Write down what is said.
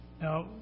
Now